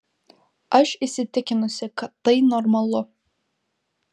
aš įsitikinusi kad tai normalu